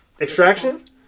Extraction